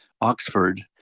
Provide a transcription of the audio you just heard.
Oxford